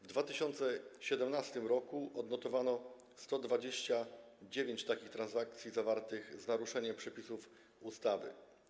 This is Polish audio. W 2017 r. odnotowano 129 transakcji zawartych z naruszeniem przepisów ustawy.